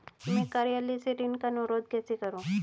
मैं कार्यालय से ऋण का अनुरोध कैसे करूँ?